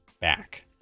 back